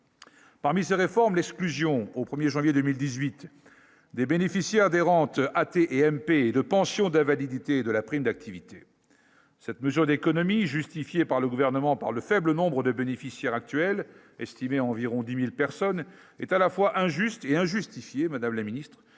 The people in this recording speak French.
Parmi ces réformes, l'exclusion au 1er janvier 2018 des bénéficiaires des rentes athée et MP de pension d'invalidité de la prime d'activité cette mesure d'économie, justifiée par le gouvernement, par le faible nombre de bénéficiaires actuels estimée environ 10000 personnes est à la fois injuste et injustifiée, Madame la Ministre,